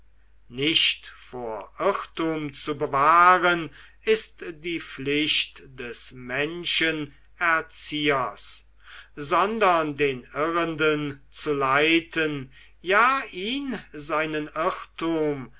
nicht vor irrtum zu bewahren ist die pflicht des menschenerziehers sondern den irrenden zu leiten ja ihn seinen irrtum